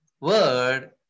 word